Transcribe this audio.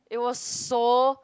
it was so